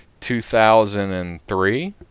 2003